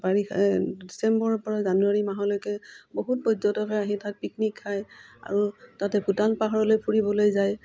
ডিচেম্বৰৰপৰা জানুৱাৰী মাহলৈকে বহুত পৰ্যটকে আহি তাত পিকনিক খায় আৰু তাতে ভূটান পাহাৰলৈ ফুৰিবলৈ যায়